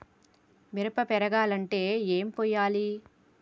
మిరప పెరగాలంటే ఏం పోయాలి?